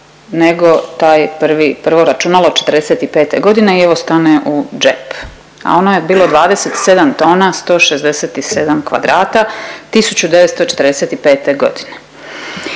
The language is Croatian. nego taj prvi, prvo računalo '45. godine i evo stane u džep, a ono je bilo 27 tona 167 kvadrata 1945. godine.